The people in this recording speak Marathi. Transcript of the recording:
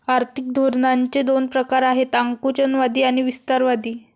आर्थिक धोरणांचे दोन प्रकार आहेत आकुंचनवादी आणि विस्तारवादी